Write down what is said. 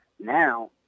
now